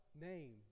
name